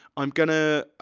i'm gonna,